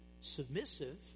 submissive